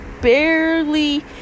barely